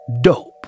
Dope